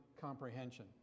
comprehension